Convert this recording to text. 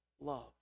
love